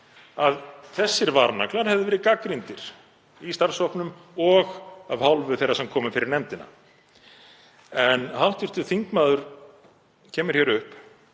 að þessir varnaglar hefðu verið gagnrýndir í starfshópnum og af hálfu þeirra sem komu fyrir nefndina. En hv. þingmaður kemur hér upp